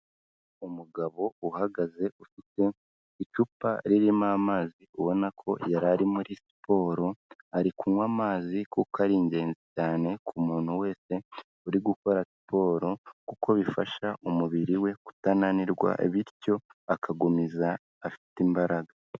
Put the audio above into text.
Umugabo uhagaze ufite icupa ririmo amazi ubona ko yari ari muri siporo, ari kunywa amazi kuko ari ingenzi cyane ku muntu wese uri gukora siporo, kuko bifasha umubiri we kutananirwa bityo akagumiza afite imbaraga.